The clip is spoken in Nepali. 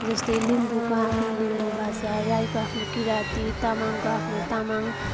जस्तै लिम्बूको आफ्नो लिम्बू भाषा राईको आफ्नो किराँती तामाङको आफ्नो तामाङ भाषा